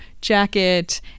jacket